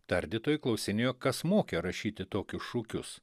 tardytojai klausinėjo kas mokė rašyti tokius šūkius